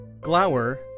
Glower